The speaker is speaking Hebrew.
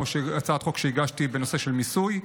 כמו הצעת חוק שהגשתי בנושא של מיסוי.